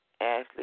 Ashley